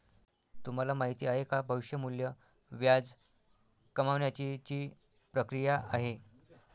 तुम्हाला माहिती आहे का? भविष्य मूल्य व्याज कमावण्याची ची प्रक्रिया आहे